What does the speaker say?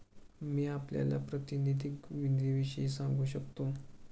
मी आपल्याला प्रातिनिधिक निधीविषयी सांगू शकतो